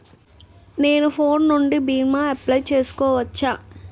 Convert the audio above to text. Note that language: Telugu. నేను ఫోన్ నుండి భీమా అప్లయ్ చేయవచ్చా?